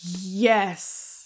Yes